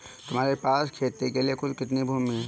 तुम्हारे पास खेती के लिए कुल कितनी भूमि है?